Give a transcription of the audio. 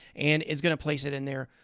and it's going to place it in there.